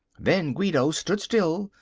then guido stood still,